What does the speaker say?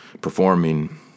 performing